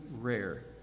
rare